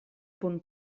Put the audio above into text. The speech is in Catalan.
punt